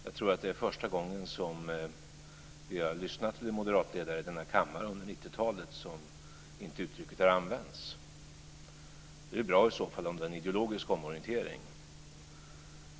Jag tror att det är första gången som vi har lyssnat till en moderatledare i denna kammare under 90-talet då uttrycket inte har använts. Det är bra om det är en politisk omorientering.